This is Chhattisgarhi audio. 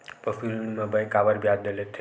पशु ऋण म बैंक काबर ब्याज लेथे?